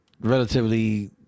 relatively